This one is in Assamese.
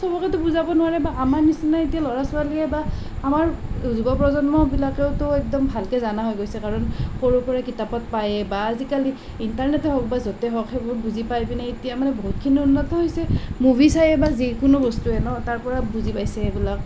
সবকেতো বুজাব নোৱাৰে বা আমাৰ নিচিনা এতিয়া ল'ৰা ছোৱালীয়ে বা আমাৰ যুৱ প্ৰজন্মবিলাকেওতো একদম ভালকৈ জনা হৈ গৈছে কাৰণ সৰুৰ পৰাই কিতাপত পায়েই বা আজিকালি ইন্টাৰনেটে হওক বা য'তেই হওক সেইবোৰ বুজি পাই পিনে এতিয়া মানে বহুতখিনি উন্নত হৈছে মুভি চায়েই বা যিকোনো বস্তুৱেই নহ তাৰ পৰা বুজি পাইছে এইবিলাক